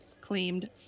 claimed